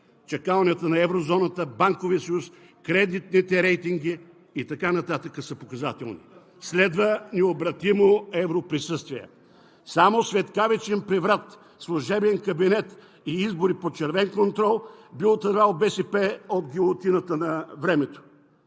Чакалнята на Еврозоната, Банковият съюз, кредитните рейтинги и така нататък са показателни. Следва необратимо европрисъствие! Само светкавичен преврат, служебен кабинет и избори под червен контрол би отървало БСП от гилотината на времето.